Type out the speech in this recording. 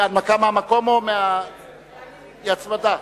גם היא הצמדה.